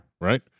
right